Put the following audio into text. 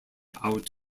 out